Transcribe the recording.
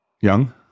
Young